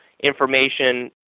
information